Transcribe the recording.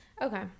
Okay